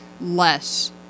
less